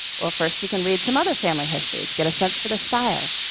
first, you can read some other family histories, get a sense for the style.